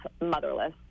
motherless